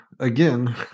again